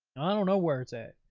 i don't know where it's at.